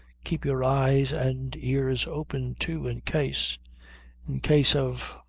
keep your eyes and ears open too in case in case of.